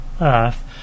Earth